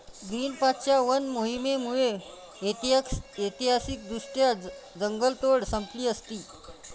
ग्रीनपीसच्या वन मोहिमेमुळे ऐतिहासिकदृष्ट्या जंगलतोड संपली असती